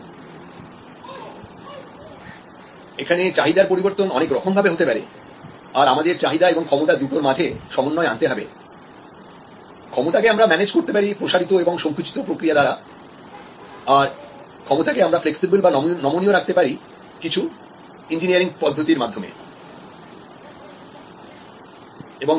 এখানে চাহিদার পরিবর্তন অনেক রকম ভাবে হতে পারে আর আমাদের চাহিদা এবং ক্ষমতা দুটোর মাঝে সমন্বয় আনতে হবে ক্ষমতা কে আমরা ম্যানেজ করতে পারি প্রসারিত এবং সঙ্কুচিত প্রক্রিয়া দ্বারা আর ক্ষমতা কে আমরা ফ্লেক্সিবেল রাখতে পারি কিছু ইঞ্জিনিয়ারিং পদ্ধতির মাধ্যমে